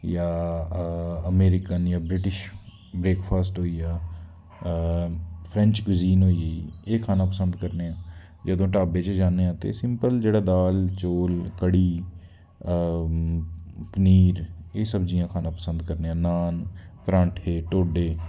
जां अमेरिकन जां British breakfast होई गेआ फ्रेंच कुजीन होई गेई एह् खाना पसंद करने आं जदूं ढाबे च जन्ने आं ते सिंपल जेह्ड़ा दाल चौल कढ़ी पनीर एह् सब्जियां खाना पसंद करने आं नान परांठे ढोडे